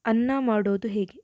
ಅನ್ನ ಮಾಡೋದು ಹೇಗೆ